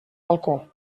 balcó